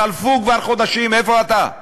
חלפו כבר חודשים, איפה אתה?